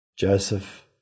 Joseph